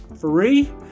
free